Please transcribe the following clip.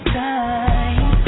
time